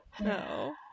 No